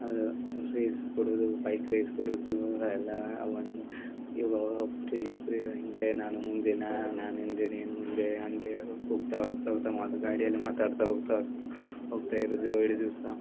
ಅದು ರೇಸ್ ಕೊಡುವುದು bike race ಕೊಡುವುದು ಎಲ್ಲ ಒನ್ ಇವ ಪ್ರೀ ಪ್ರೀ ಹಿಂಗೇ ನಾನು ಮುಂದೆ ನಾ ನಾನು ಹಿಂದೆ ನೀನು ಮುಂದೆ ಹಂಗೆ ಹೋಗ್ತಾ ಹೋಗ್ತಾ ಹೋಗ್ತಾ ಮಾತು ಗಾಡಿಯಲ್ಲಿ ಮಾತಾಡ್ತಾ ಹೋಗ್ತಾ ಹೋಗ್ತಾ ಹೋಗ್ತಾ ಇರುವುದು ಇಡೀ ದಿವಸ